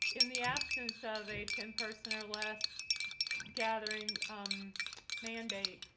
in the absence of a ten person or less gathering um mandate,